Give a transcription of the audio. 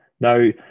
No